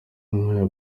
umwanya